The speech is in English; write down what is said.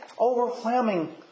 overwhelming